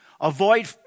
Avoid